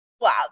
wow